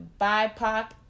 BIPOC